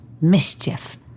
Mischief